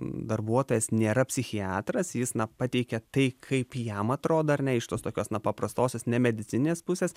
darbuotojas nėra psichiatras jis na pateikia tai kaip jam atrodo ar ne iš tos tokios na paprastosios nemedicininės pusės